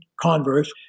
Converse